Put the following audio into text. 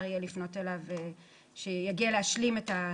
שאפשר יהיה לפנות אליו שיגיע להשלים את החיסון.